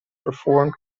performed